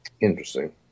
Interesting